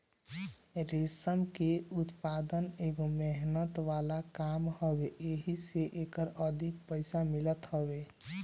रेशम के उत्पदान एगो मेहनत वाला काम हवे एही से एकर अधिक पईसा मिलत हवे